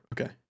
Okay